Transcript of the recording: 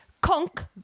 Conk